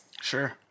Sure